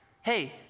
Hey